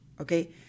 okay